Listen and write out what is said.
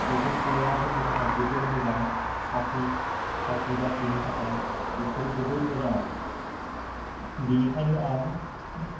बेफोर खौराङा जोंनि थाखाय जोबोर मोजां साख्रि साख्रि बाख्रिनि थाखाय बेफोरो जोबोर मोजां आरो बिनिखायनो आं